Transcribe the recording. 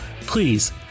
please